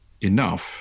enough